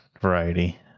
variety